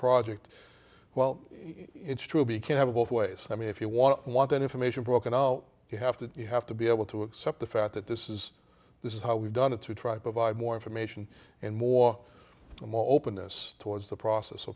project well it's true be can have it both ways i mean if you want want that information broken out you have to you have to be able to accept the fact that this is this is how we've done it to try to provide more information and more and more openness towards the process so